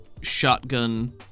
shotgun